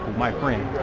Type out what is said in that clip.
my friend?